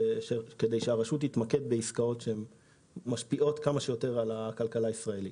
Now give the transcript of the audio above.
כדי שהרשות תתמקד בחברות שמשפיעות יותר על הכלכלה הישראלית.